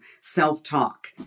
self-talk